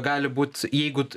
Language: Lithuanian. gali būt jeigu